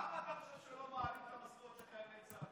למה אתה חושב שלא מעלים את המשכורות של חיילי צה"ל,